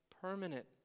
permanent